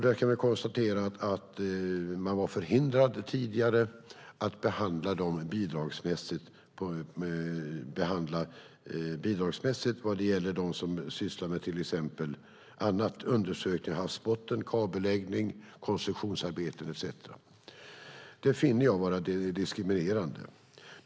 Där kan vi konstatera att man tidigare var förhindrad att behandla bidragen till dem som sysslar med annat, till exempel undersökning av havsbotten, kabelläggning, konstruktionsarbeten etcetera. Det finner jag vara diskriminerande.